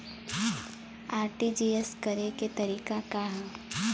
RTGS करे के तरीका का हैं?